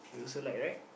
you also like right